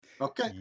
Okay